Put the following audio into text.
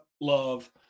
love